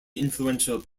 influential